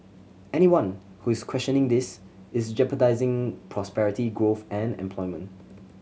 anyone who is questioning this is jeopardising prosperity growth and employment